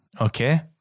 okay